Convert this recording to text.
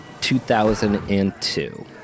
2002